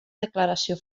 declaració